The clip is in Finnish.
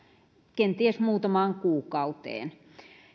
kenties muutamaan kuukauteen